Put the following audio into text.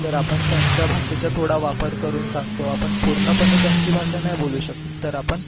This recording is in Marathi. तर आपण त्यांच्या भाषेचा थोडा वापर करून सांगतो आपण पूर्णपणे त्यांची भाषा नाही बोलू शकत तर आपण